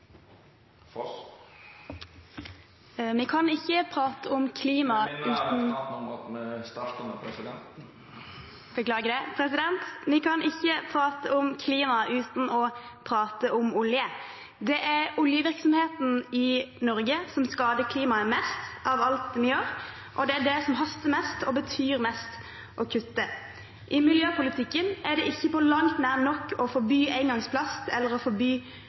Vi kan ikke prate om klima uten å prate om olje. Det er oljevirksomheten i Norge som skader klimaet mest av alt det vi gjør, og det er der det haster mest – og betyr mest – å kutte. I miljøpolitikken er det ikke på langt nær nok å forby engangsplast eller å forby